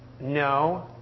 no